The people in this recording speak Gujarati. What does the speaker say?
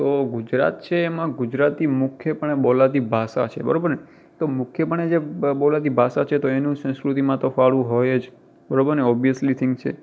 તો ગુજરાત છે એમાં ગુજરાતી મુખ્યપણે બોલાતી ભાષા છે બરાબર ને તો મુખ્યપણે જે બોલાતી ભાષા છે તો એનું સંસ્કૃતિમાં તો ફાળો હોય જ બરાબર ને ઑબ્વિયસલી થિંગ છે